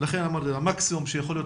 שיכול להיות